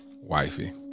Wifey